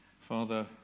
Father